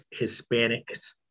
Hispanics